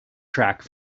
track